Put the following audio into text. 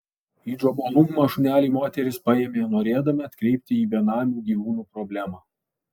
į džomolungmą šunelį moteris paėmė norėdama atkreipti į benamių gyvūnų problemą